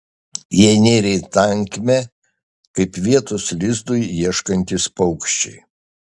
jie nėrė į tankmę kaip vietos lizdui ieškantys paukščiai